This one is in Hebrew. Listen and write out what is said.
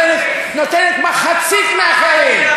נותנת מחצית מאחרים.